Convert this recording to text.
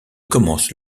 commence